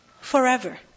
forever